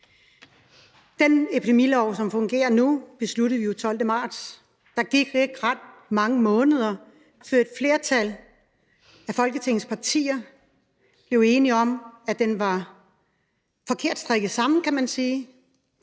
Den epidemilov, som fungerer nu, besluttede vi jo den 12. marts, og der gik ikke ret mange måneder, før et flertal af Folketingets partier blev enige om, at den var forkert strikket sammen, kan man sige,